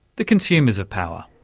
the consumers of power.